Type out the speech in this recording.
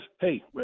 hey